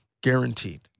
guaranteed